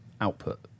output